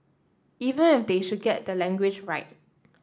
even if they should get the language right